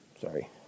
Sorry